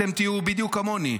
אתם תהיו בדיוק כמוני.